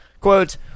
Quote